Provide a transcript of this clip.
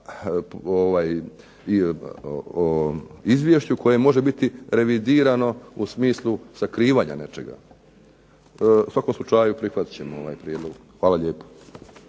izvješću koje može biti revidirano u smislu sakrivanja nečega. U svakom slučaju prihvatit ćemo ovaj prijedlog. Hvala lijepo.